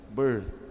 birth